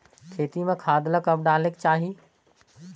खेती म खाद ला कब डालेक चाही?